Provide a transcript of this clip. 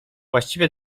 właściwie